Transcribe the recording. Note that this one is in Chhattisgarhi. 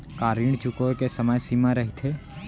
का ऋण चुकोय के समय सीमा रहिथे?